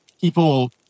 people